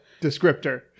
descriptor